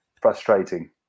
frustrating